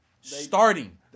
starting